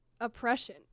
oppression